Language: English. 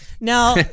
Now